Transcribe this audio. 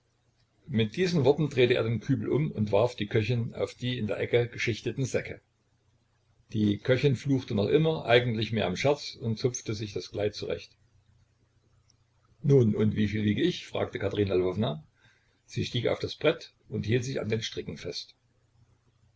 mit diesen worten drehte er den kübel um und warf die köchin auf die in der ecke geschichteten säcke die köchin fluchte noch immer eigentlich mehr im scherz und zupfte sich das kleid zurecht nun und wieviel wiege ich fragte katerina lwowna sie stieg auf das brett und hielt sich an den stricken fest